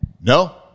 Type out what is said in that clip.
no